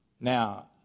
Now